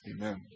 Amen